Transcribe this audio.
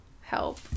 Help